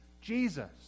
Jesus